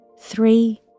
three